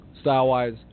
style-wise –